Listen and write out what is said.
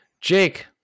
Jake